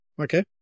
okay